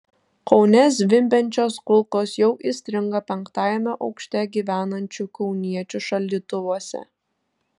kaune zvimbiančios kulkos jau įstringa penktajame aukšte gyvenančių kauniečių šaldytuvuose